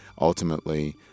ultimately